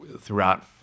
throughout